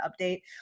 update